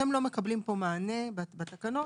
אתם לא מקבלים פה מענה בתקנות,